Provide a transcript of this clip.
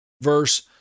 Verse